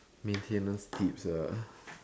maintenance tips ah